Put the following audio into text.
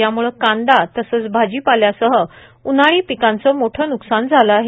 याम्ळे कांदा तसंच भाजीपाल्यासह उन्हाळी पिकांचं मोठं न्कसान झालं आहे